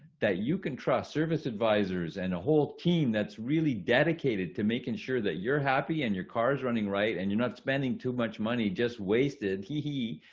that you can trust, service advisors and a whole team that's really dedicated to making sure that you're happy and your car's running right. and you're not spending too much money just wasted. he,